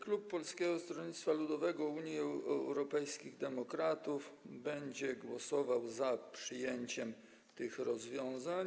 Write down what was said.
Klub Polskiego Stronnictwa Ludowego - Unii Europejskich Demokratów będzie głosował za przyjęciem tych rozwiązań.